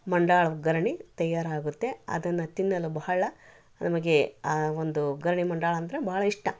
ಮಂಡಾಳು ಒಗ್ಗರಣಿ ತಯಾರಾಗುತ್ತೆ ಅದನ್ನ ತಿನ್ನಲು ಬಹಳ ನಮಗೆ ಆ ಒಂದು ಒಗ್ಗರಣೆ ಮಂಡಾಳ ಅಂದ್ರ ಭಾಳ ಇಷ್ಟ